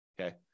okay